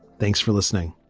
thanks for listening